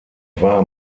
war